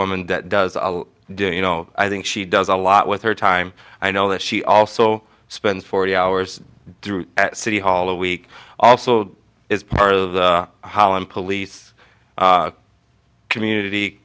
woman that does a do you know i think she does a lot with her time i know that she also spends forty hours through city hall a week also is part of holland police community